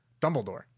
dumbledore